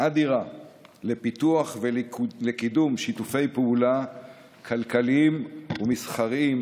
אדירה לפיתוח ולקידום שיתופי פעולה כלכליים ומסחריים,